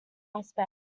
aspect